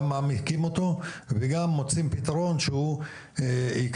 גם מעמיקים אותו וגם מוצאים פתרון שהוא ייכנס,